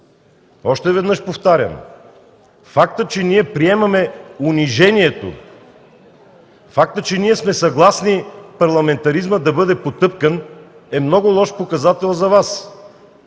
Още веднъж повтарям – фактът, че приемаме унижението, че сме съгласни парламентаризмът да бъде потъпкан, е много лош показател за Вас.